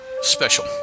special